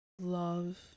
love